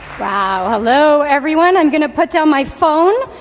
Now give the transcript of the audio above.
wow, hello, everyone. i'm going to put down my phone,